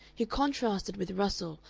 he contrasted with russell,